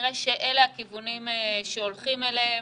וכנראה שאלה הכיוונים שהולכים אליהם,